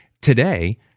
today